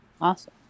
Awesome